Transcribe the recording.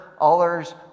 others